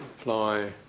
apply